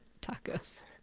tacos